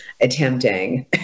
attempting